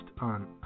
on